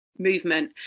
movement